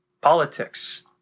politics